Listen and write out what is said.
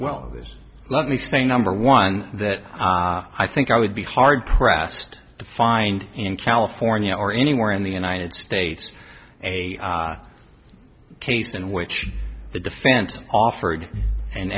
well let me say number one that i think i would be hard pressed to find in california or anywhere in the united states a case in which the defense offered an